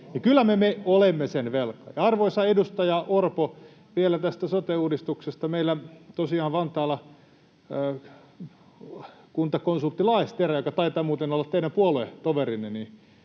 Kyllä me olemme sen velkaa. Ja arvoisa edustaja Orpo, vielä tästä sote-uudistuksesta: Meillä Vantaalla tosiaan kuntakonsultti Laesterä, joka taitaa muuten olla teidän puoluetoverinne,